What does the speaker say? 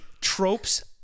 tropes